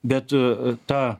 bet ta